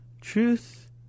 Truth